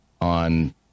on